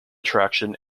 attraction